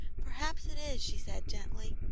perhaps it is, she said, gently.